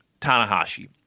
Tanahashi